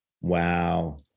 wow